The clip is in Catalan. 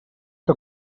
que